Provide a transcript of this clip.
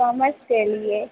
commerce के लिए